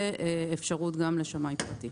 השנייה, אפשרות לשמאי פרטי.